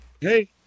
Hey